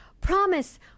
Promise